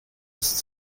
ist